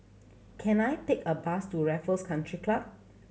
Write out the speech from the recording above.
can I take a bus to Raffles Country Club